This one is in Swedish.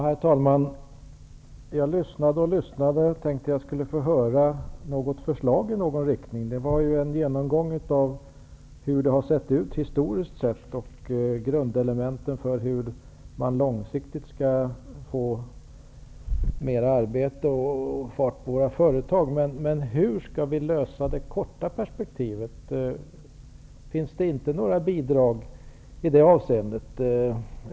Herr talman! Jag lyssnade och lyssnade för jag tänkte att jag skulle få höra ett förslag i någon riktning. Anförandet var en genomgång av hur det historiskt har sett ut. Grundelementen för hur man långsiktigt skall få mer arbete och fart på våra företag beskrevs. Men hur skall vi lösa problemen i det korta perspektivet? Finns det inte några bidrag i det avseendet?